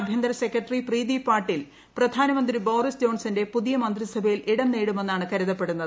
ആഭ്യന്തരസെക്രട്ടറി പ്രീതി പാട്ടീൽ പ്രധാനമന്ത്രി ബോറിസ് ജോൺസന്റെ പുതിയ മന്ത്രിസഭയിൽ ഇടം നേടുമെന്നാണ് ക്കരുതപ്പെടുന്നത്